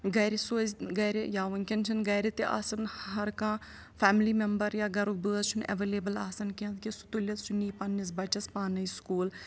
گَرِ سوزِ گَرِ یا وٕنکیٚن چھنہٕ گَرِ تہِ آسان ہر کانٛہہ فیملی میمبر یا گَرُک بٲژ چھُنہٕ ایولیبٕل آسان کینٛہہ کہِ سُہ تُلِتھ سُہ نی پنٛنِس بَچَس پانٕے سکوٗل